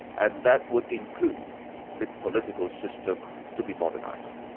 and that would include the political system to be modernised.